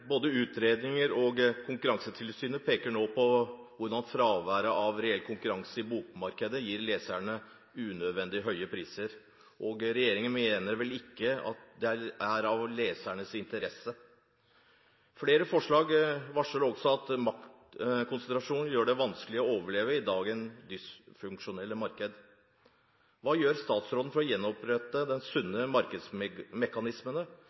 både utredninger og Konkurransetilsynet peker nå på hvordan fraværet av reell konkurranse i bokmarkedet gir leserne unødvendig høye priser, og regjeringen mener vel ikke at dét er i lesernes interesse? Flere forlag varsler også at maktkonsentrasjonen gjør det vanskelig å overleve i dagens dysfunksjonelle marked. Hva gjør statsråden for å gjenopprette